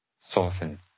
soften